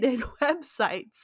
websites